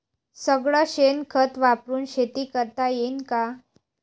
सगळं शेन खत वापरुन शेती करता येईन का?